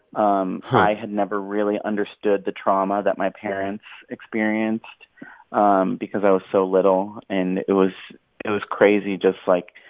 um had never really understood the trauma that my parents experienced um because i was so little. and it was it was crazy just, like,